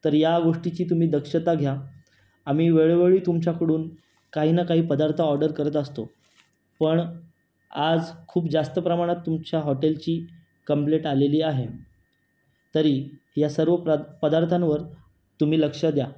तर या गोष्टीची तुम्ही दक्षता घ्या आम्ही वेळोवेळी तुमच्याकडून काही ना काही पदार्थ ऑर्डर करत असतो पण आज खूप जास्त प्रमाणात तुमच्या हॉटेलची कंप्लेट आलेली आहे तरी या सर्व प्र पदार्थांवर तुम्ही लक्ष द्या